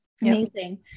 Amazing